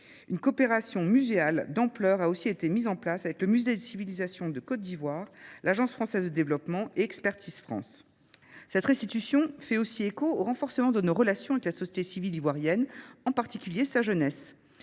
Une coopération muséale d'ampleur a aussi été mise en place avec le Musée des civilisations de Côte d'Ivoire, l'Agence française de développement et Expertise France. Cette restitution fait aussi écho au renforcement de nos relations avec la société civile ivoirienne, en particulier sa jeunesse.